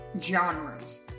genres